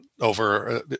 over